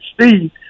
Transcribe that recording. Steve